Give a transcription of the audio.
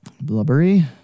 Blubbery